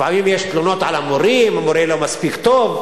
לפעמים יש תלונות על המורים, המורה לא מספיק טוב,